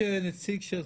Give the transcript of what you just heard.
תודה רבה.